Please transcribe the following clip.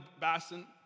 basin